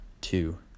two